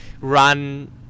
run